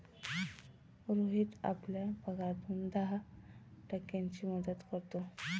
रोहित आपल्या पगारातून दहा टक्क्यांची बचत करतो